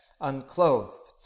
unclothed